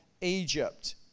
Egypt